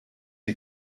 die